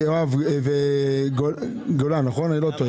יואב וגולן אני לא טועה,